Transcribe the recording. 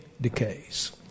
decays